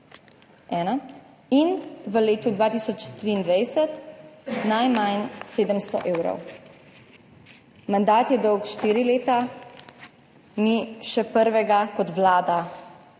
ena in v letu 2023 najmanj 700 evrov«. Mandat je dolg štiri leta, mi še prvega kot Vlada